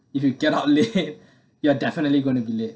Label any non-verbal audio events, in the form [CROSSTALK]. if you get out late [LAUGHS] you're definitely going to be late